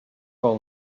all